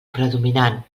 predominant